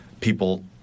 people